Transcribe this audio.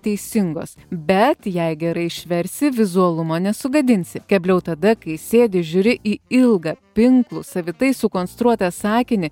teisingos bet jei gerai išversi vizualumo nesugadinsi kebliau tada kai sėdi žiūri į ilgą pinklų savitai sukonstruotą sakinį